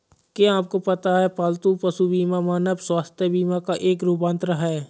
क्या आपको पता है पालतू पशु बीमा मानव स्वास्थ्य बीमा का एक रूपांतर है?